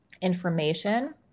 information